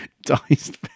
diced